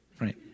Right